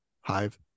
hive